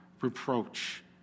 reproach